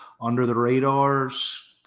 under-the-radars